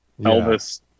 Elvis